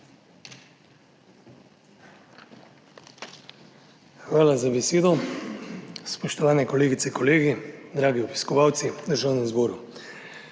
Hvala za besedo. Spoštovane kolegice, kolegi, dragi obiskovalci v Državnem zboru!